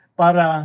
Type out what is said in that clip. para